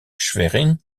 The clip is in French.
schwerin